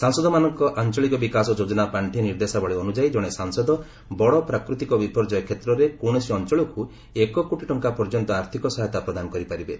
ସାଂସଦମାନଙ୍କ ଆଞ୍ଚଳିକ ବିକାଶ ଯୋଜନା ପାଣ୍ଠି ନିର୍ଦ୍ଦେଶାବଳୀ ଅନୁଯାୟୀ ଜଣେ ସାଂସଦ ବଡ଼ ପ୍ରାକୃତିକ ବିପର୍ଯ୍ୟୟ କ୍ଷେତ୍ରରେ କୌଣସି ଅଞ୍ଚଳକୁ ଏକ କୋଟି ଟଙ୍କା ପର୍ଯ୍ୟନ୍ତ ଆର୍ଥିକ ସହାୟତା ପ୍ରଦାନ କରିପାରିବେ